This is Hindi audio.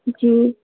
जी